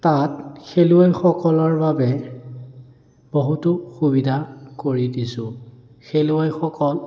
তাত খেলুৱৈসকলৰ বাবে বহুতো সুবিধা কৰি দিছোঁ খেলুৱৈসকল